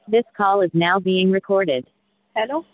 this call is now been recorded hello